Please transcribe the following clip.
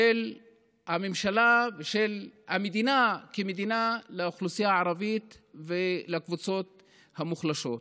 של הממשלה ושל המדינה כמדינה לאוכלוסייה הערבית ולקבוצות המוחלשות.